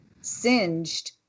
singed